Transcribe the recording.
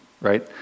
right